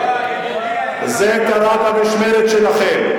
זה קרה במשמרת שלכם.